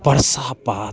बरसा पात